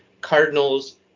Cardinals